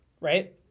Right